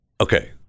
okay